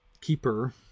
keeper